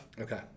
Okay